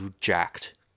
jacked